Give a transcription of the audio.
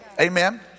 Amen